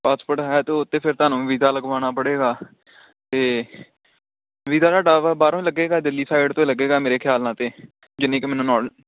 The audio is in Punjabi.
ਪਾਸਪੋਰਟ ਹੈ ਅਤੇ ਉਤੇ ਫਿਰ ਤੁਹਾਨੂੰ ਵੀਜ਼ਾ ਲਗਵਾਉਣਾ ਪਵੇਗਾ ਅਤੇ ਵੀਜ਼ਾ ਤੁਹਾਡਾ ਬਾਹਰੋਂ ਹੀ ਲੱਗੇਗਾ ਦਿੱਲੀ ਸਾਈਡ ਤੋਂ ਹੀ ਲੱਗੇਗਾ ਮੇਰੇ ਖਿਆਲ ਨਾਲ ਤਾਂ ਜਿੰਨੀ ਕੁ ਮੈਨੂੰ ਨੌਲੇਜ